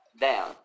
down